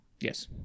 Yes